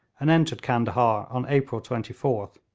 and entered candahar on april twenty fourth.